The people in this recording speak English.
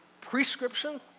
prescription